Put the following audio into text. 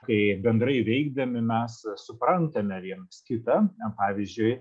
kai bendrai veikdami mes suprantame vienas kitą na pavyzdžiui